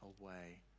away